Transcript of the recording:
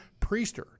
Priester